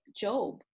Job